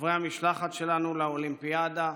חברי המשלחת שלנו לאולימפיאדה,